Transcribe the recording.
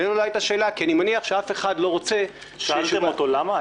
אני מניח שאף אחד לא רוצה --- שאלתם אותו למה?